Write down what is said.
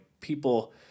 people